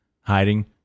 hiding